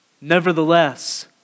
nevertheless